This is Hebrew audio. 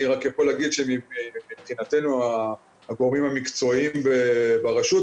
אני רק יכול לומר שמבחינתנו הגורמים המקצועיים ברשות,